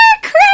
crazy